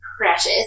precious